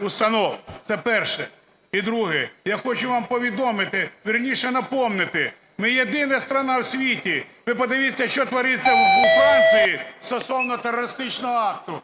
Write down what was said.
установ. Це перше. І друге. Я хочу вам повідомити, вірніше, нагадати. Ми єдина країна у світі, ви подивіться, що твориться у Франції стосовно терористичного акту,